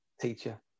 teacher